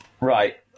Right